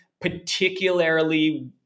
Particularly